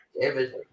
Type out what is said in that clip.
David